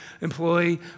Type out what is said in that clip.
employee